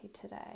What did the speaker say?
today